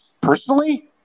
personally